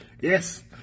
Yes